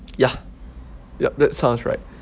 ya yup that sounds right